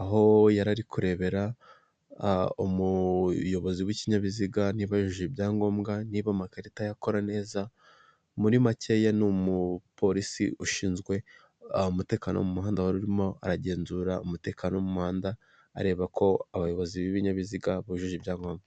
aho yarari kurebera umuyobozi w'ikinyabiziga niba yujuje ibyangombwa, niba amakarita ye akora neza, muri makeya ni umupolisi ushinzwe umutekano mu muhanda warurimo aragenzura umutekano w' muhanda areba ko abayobozi b'ibinyabiziga bujuje ibyangombwa.